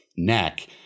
neck